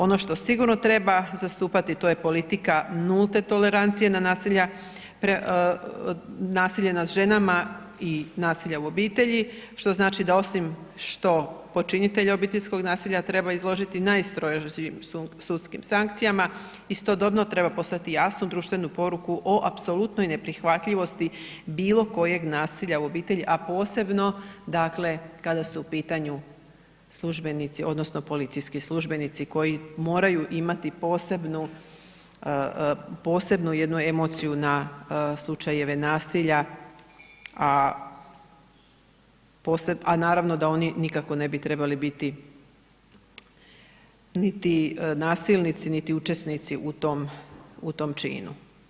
Ono što sigurno treba zastupati to je politika nulte tolerancije na nasilja, nasilje nad ženama i nasilja u obitelji, što znači da osim što počinitelja obiteljskog nasilja treba izložiti najstrožim sudskim sankcijama, istodobno treba poslati jasnu društvenu poruku o apsolutnoj neprihvatljivosti bilo kojeg nasilja u obitelji, a posebno dakle kada su u pitanju službenici odnosno policijski službenici koji moraju imati posebnu, posebnu jednu emociju na slučajeve nasilja, a naravno da oni nikako ne bi trebali biti niti nasilnici, niti učesnici u tom, u tom činu.